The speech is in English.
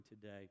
today